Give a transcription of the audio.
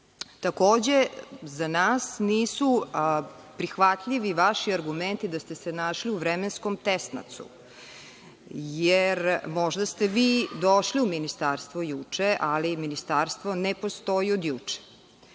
nas nisu prihvatljivi vaši argumenti da ste se našli u vremenskom tesnacu. Možda ste vi došli u Ministarstvo juče, ali Ministarstvo ne postoji od juče.